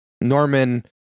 Norman